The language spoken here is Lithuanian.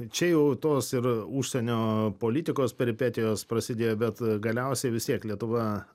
čia jau tos ir užsienio politikos peripetijos prasidėjo bet galiausiai vis tiek lietuva